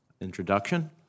introduction